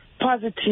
positive